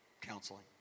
counseling